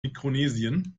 mikronesien